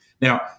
Now